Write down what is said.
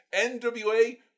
NWA